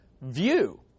view